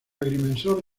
agrimensor